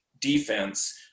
defense